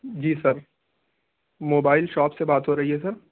جی sir mobile shop سے بات ہو رہی ہے سر